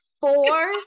four